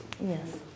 Yes